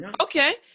Okay